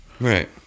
Right